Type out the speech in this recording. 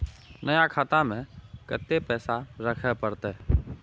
नया खाता में कत्ते पैसा रखे परतै?